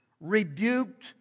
rebuked